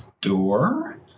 door